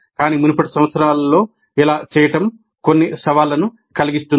కానీ మునుపటి సంవత్సరాల్లో ఇలా చేయడం కొన్ని సవాళ్లను కలిగిస్తుంది